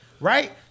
Right